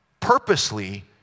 purposely